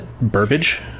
Burbage